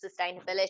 sustainability